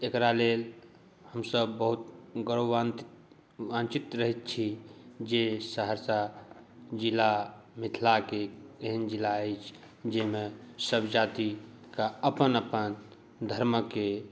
एकरा लेल हमसभ बहुत गौरवान्वित रहैत छी जे सहरसा जिला मिथिलाकेँ एहन जिला अछि जैमऽ सभ जाति कऽ अपन अपन धर्मकें